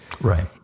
Right